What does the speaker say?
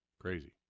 Crazy